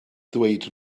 ddweud